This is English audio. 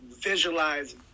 visualize